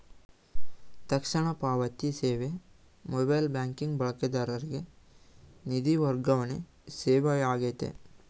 ತಕ್ಷಣ ಪಾವತಿ ಸೇವೆ ಮೊಬೈಲ್ ಬ್ಯಾಂಕಿಂಗ್ ಬಳಕೆದಾರರಿಗೆ ನಿಧಿ ವರ್ಗಾವಣೆ ಸೇವೆಯಾಗೈತೆ